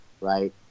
right